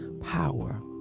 power